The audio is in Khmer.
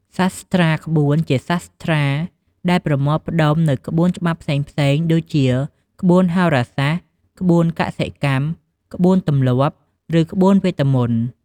សាស្ត្រាក្បួន ជាសាស្ត្រាដែលប្រមូលផ្ដុំនូវក្បួនច្បាប់ផ្សេងៗ ដូចជា ក្បួនហោរាសាស្ត្រ ក្បួនកសិកម្ម ក្បួនទម្លាប់ ឬក្បួនវេទមន្ត។